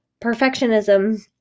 Perfectionism